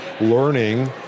learning